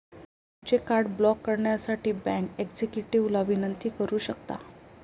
तुमचे card block करण्यासाठी bank एक्झिक्युटिव्हला विनंती करू शकता